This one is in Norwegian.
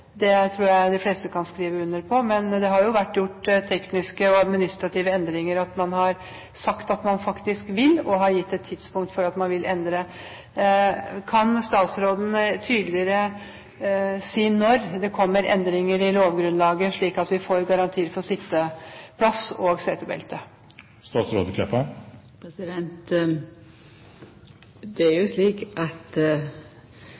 Det tror jeg de fleste kan skrive under på. Men det har jo vært gjort tekniske og administrative endringer, man har sagt at man vil endre og har gitt et tidspunkt for det. Kan statsråden tydeligere si når det kommer endringer i lovgrunnlaget, slik at vi får garantier for sitteplass og setebelte? Det er jo slik at det har vore nokre regjeringar i dette landet, ja. Og det er